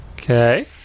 Okay